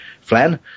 flan